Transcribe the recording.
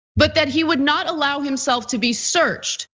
but that he would not allow himself to be searched.